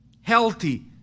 healthy